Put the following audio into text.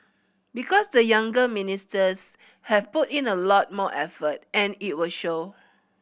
because the younger ministers have put in a lot more effort and it will show